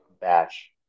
batch